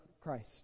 Christ